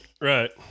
Right